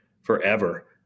forever